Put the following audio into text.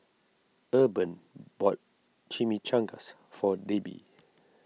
Urban bought Chimichangas for Debi